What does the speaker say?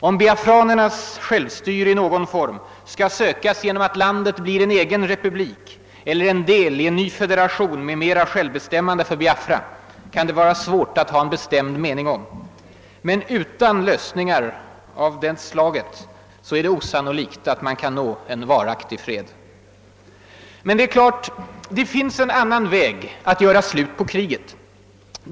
Om biafranernas självstyrelse i någon form skall sökas genom att landet blir en egen republik eller en del i en ny federation med mera självbestämmande för Biafra kan det vara svårt att ha en bestämd mening om. Men det är osannolikt att man utan lösningar av det slaget kan nå en varaktig fred. Men det är klart: det finns en annan väg att göra slut på kriget.